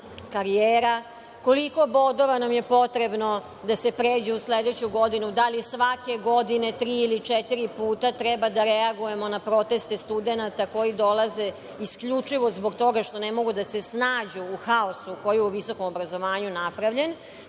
karijera, koliko bodova nam je potrebno da se pređe u sledeću godinu, da li svake godine tri ili četiri puta treba da reagujemo na proteste studenata koji dolaze isključivo zbog toga što ne mogu da se snađu u haosu koji je u visokom obrazovanju napravljen. Treba